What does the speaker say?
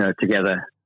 together